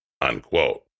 Unquote